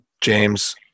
James